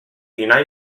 dinar